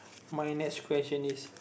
my next question is